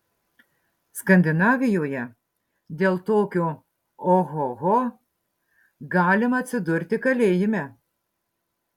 skandinavijoje dėl tokio ohoho galima atsidurti kalėjime